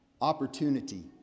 Opportunity